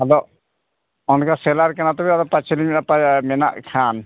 ᱟᱫᱚ ᱚᱱᱠᱟ ᱥᱮᱞᱟᱨᱤ ᱠᱟᱱᱟ ᱛᱚᱵᱮ ᱯᱟᱸᱪ ᱪᱷᱚᱭ ᱞᱤᱧ ᱦᱟᱛᱟᱭᱟ ᱢᱮᱱᱟᱜ ᱠᱷᱟᱱ